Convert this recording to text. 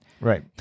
Right